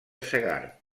segart